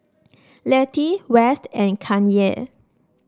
Letty West and Kanye